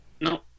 No